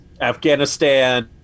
afghanistan